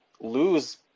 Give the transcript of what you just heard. lose